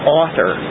author